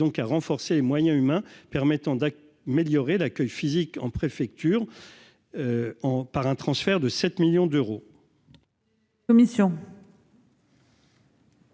donc à renforcer les moyens humains permettant d'acc médiocre et l'accueil physique en préfecture en par un transfert de 7 millions d'euros.